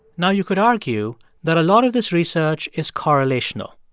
now, you could argue that a lot of this research is correlational.